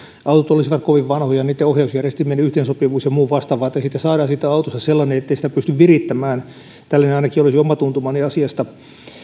autot olisivat kovin vanhoja niitten ohjausjärjestelmien yhteensopivuudessa ja muussa vastaavassa että saadaan siitä autosta sellainen ettei sitä pysty virittämään tällainen ainakin olisi oma tuntumani asiasta